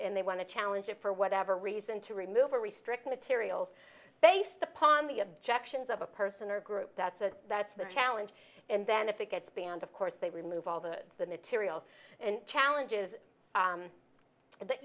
and they want to challenge it for whatever reason to remove or restrict material based upon the objections of a person or group that's a that's the challenge and then if it gets banned of course they remove all the the material and challenges